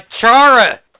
Chara